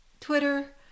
Twitter